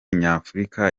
nyafurika